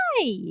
Hi